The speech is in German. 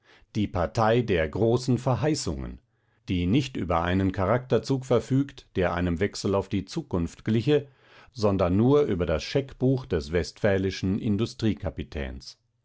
die partei der großen verheißungen die nicht über einen charakterzug verfügt der einem wechsel auf die zukunft gliche sondern nur über das scheckbuch des westfälischen